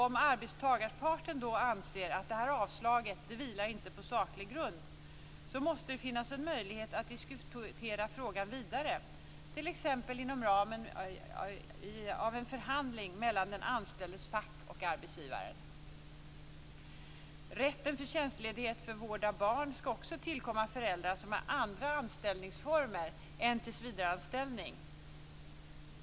Om arbetstagarparten anser att avslaget inte vilar på saklig grund måste det finnas en möjlighet att diskutera frågan vidare, t.ex. inom ramen för en förhandling mellan den anställdes fack och arbetsgivaren. Rätten till tjänstledighet för vård av barn skall även tillkomma föräldrar som har andra anställningsformer än tillsvidareanställning.